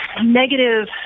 negative